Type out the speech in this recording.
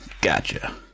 gotcha